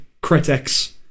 critics